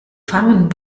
fangen